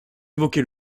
évoqué